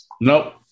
Nope